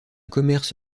commerce